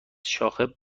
شاخه